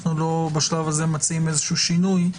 בשלב הזה אנחנו לא מציעים איזשהו שינוי.